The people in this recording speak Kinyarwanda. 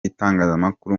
itangazamakuru